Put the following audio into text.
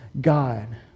God